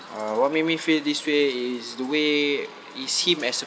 uh what make me feel this way is the way he seemed as a